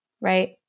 Right